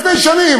לפני שנים,